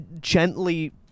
gently